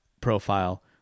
profile